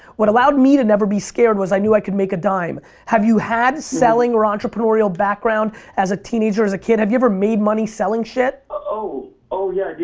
what allowed me to never be scared was i knew i could make a dime. have you have selling or entrepreneurial background as a teenager, as a kid? have you ever made money selling shit? oh oh yeah,